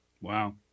Wow